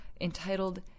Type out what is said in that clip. entitled